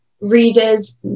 readers